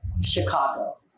Chicago